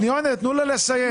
תנו לה לסיים.